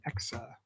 Exa